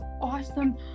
awesome